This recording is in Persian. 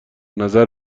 نظر